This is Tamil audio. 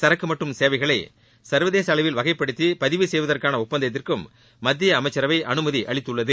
சரக்கு மற்றும் சேவைகளை சா்வதேச அளவில் வகைப்படுத்தி பதிவு செய்வதற்கான ஒப்பந்தத்திற்கும் மத்திய அமைச்சரவை அனுமதி அளித்துள்ளது